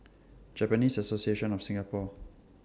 Japanese Association of Singapore